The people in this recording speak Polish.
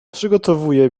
przygotowuje